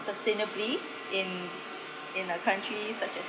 sustainably in in a country such as